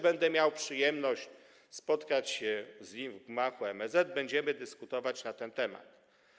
Będę też miał przyjemność spotkać się z nim w gmachu MSZ, będziemy dyskutować na ten temat.